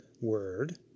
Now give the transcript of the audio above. word